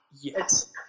Yes